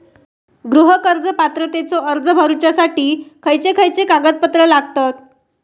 गृह कर्ज पात्रतेचो अर्ज भरुच्यासाठी खयचे खयचे कागदपत्र लागतत?